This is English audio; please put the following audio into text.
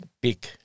big